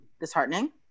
disheartening